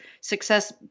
Success